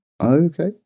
Okay